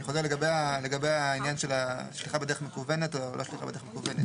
לגבי שליחה בדרך מקוונת שאו לא בדרך מקוונת.